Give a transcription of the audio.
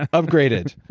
ah upgraded.